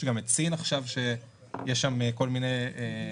גם את סין שיש שם עכשיו כל מיני בעיות,